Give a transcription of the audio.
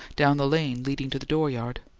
down the lane leading to the dooryard.